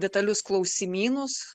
detalius klausimynus